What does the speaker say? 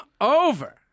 over